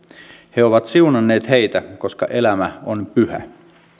he ovat siunanneet heitä koska elämä on pyhä